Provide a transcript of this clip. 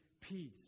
peace